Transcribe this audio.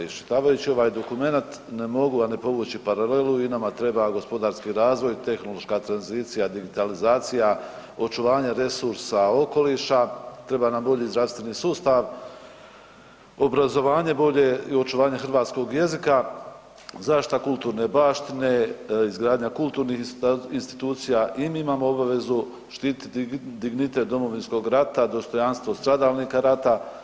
Iščitavajući ovaj dokumenat, ne mogu a ne povući paralelu, i nama treba gospodarski razvoj, tehnološka tranzicija, digitalizacija, očuvanje resursa okoliša, treba nam bolji zdravstveni sustav, obrazovanje bolje i očuvanje hrvatskog jezika, zaštita kulturne baštine, izgradnja kulturnih institucija, i mi imamo obavezu štititi dignitet Domovinskog rata, dostojanstvo stradalnika rata.